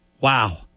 Wow